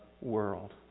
world